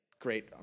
great